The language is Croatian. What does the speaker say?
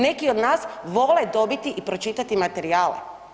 Neki od nas vole dobiti i pročitati materijale.